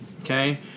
okay